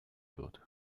wird